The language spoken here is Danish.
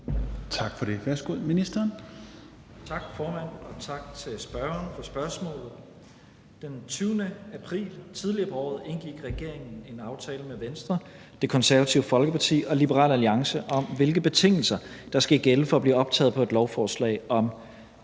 (Mattias Tesfaye): Tak, formand, og tak til spørgeren for spørgsmålet. Den 20. april tidligere på året indgik regeringen en aftale med Venstre, Det Konservative Folkeparti og Liberal Alliance om, hvilke betingelser der skal gælde for at blive optaget på et lovforslag om